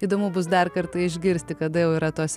įdomu bus dar kartą išgirsti kada jau yra tos